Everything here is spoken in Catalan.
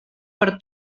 per